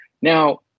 Now